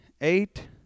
eight